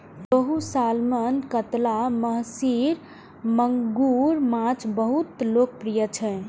रोहू, सालमन, कतला, महसीर, मांगुर माछ बहुत लोकप्रिय छै